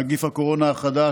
נגיף הקורונה החדש)